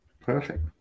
Perfect